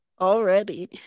already